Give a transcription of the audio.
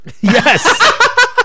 yes